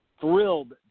thrilled